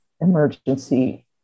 emergency